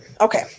okay